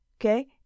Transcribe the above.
Okay